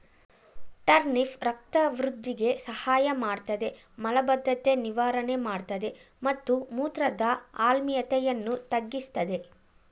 turnip ರಕ್ತ ವೃಧಿಗೆ ಸಹಾಯಮಾಡ್ತದೆ ಮಲಬದ್ಧತೆ ನಿವಾರಣೆ ಮಾಡ್ತದೆ ಮತ್ತು ಮೂತ್ರದ ಆಮ್ಲೀಯತೆಯನ್ನು ತಗ್ಗಿಸ್ತದೆ